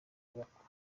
yubakwa